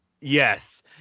Yes